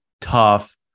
tough